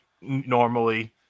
normally